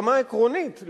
ברמה העקרונית,